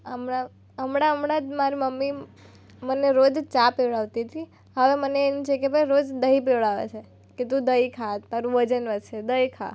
હમણાં હમણાં હમણાં જ મારી મમ્મી મને રોજ ચા પીવડાવતી તી હવે મને એમ છે કે બા રોજ દહીં પીવડાવે છે કે તું દહી ખા તારું વજન વધશે દહીં ખા